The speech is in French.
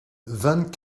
vingt